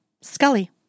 Scully